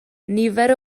nifer